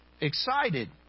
excited